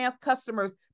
customers